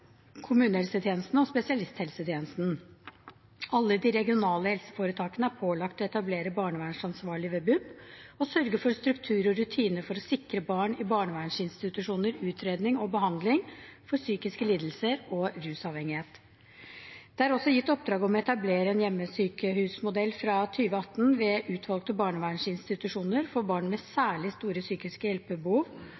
kommunehelsetjenesten og spesialisthelsetjenesten. Alle de regionale helseforetakene er pålagt å etablere barnevernsansvarlig ved BUP og sørge for struktur og rutiner for å sikre barn i barnevernsinstitusjoner utredning og behandling for psykiske lidelser og rusavhengighet. Det er også gitt i oppdrag å etablere en hjemmesykehusmodell fra 2018 ved utvalgte barnevernsinstitusjoner for barn med